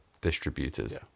distributors